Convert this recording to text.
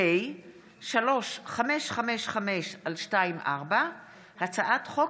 יעקב אשר ויצחק פינדרוס, הצעת חוק